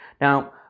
Now